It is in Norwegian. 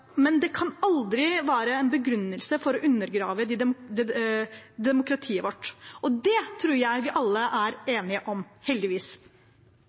men det kan aldri være en begrunnelse for å undergrave demokratiet vårt. Det tror jeg vi alle er enige om, heldigvis.